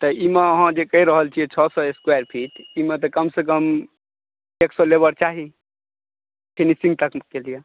तऽ एहिमे अहाँ जे कहि रहल छियै छओ सए स्क्वायर फ़ीट एहिमे तऽ कम से कम एक सए लेबर चाही फिनिशिङ्ग टचिङ्गके लिअ